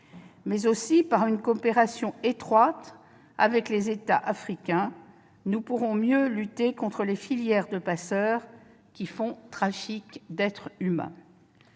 En outre, par une coopération étroite avec les États africains, nous pourrons mieux lutter contre les filières de passeurs qui font trafic d'êtres humains.